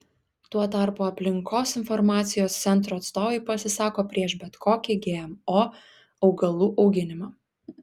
tuo tarpu aplinkos informacijos centro atstovai pasisako prieš bet kokį gmo augalų auginimą